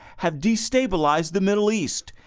have destabilized the middle east,